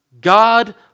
God